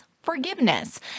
Forgiveness